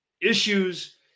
issues